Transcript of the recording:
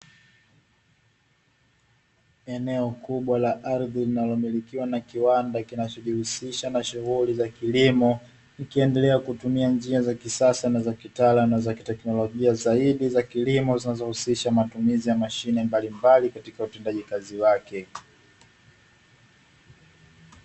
Eneo kubwa la ardhi linalomilikiwa na kiwaanda kinachojihusisha na shughuli za kilimo, ikiendelea kutumia njia za kisasa na za kitaalamu na za kiteknolojia zaidi za kilimo zinazohusisha matumizi ya mashine mbalimbali katika utendaji kazi wake.